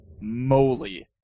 moly